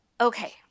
okay